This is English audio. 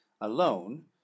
Alone